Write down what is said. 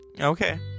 Okay